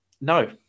no